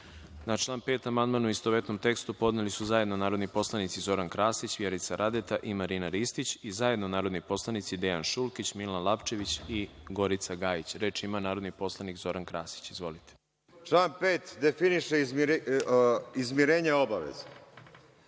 član 6. amandman, u istovetnom tekstu, podneli su zajedno narodni poslanici Zoran Krasić, Vjerica Radeta i Nikola Savić i zajedno narodni poslanici Dejan Šulkić, Milan Lapčević i Gorica Gajić. Reč ima narodni poslanik Zoran Krasić. Izvolite. **Zoran Krasić** Radi se o